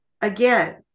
again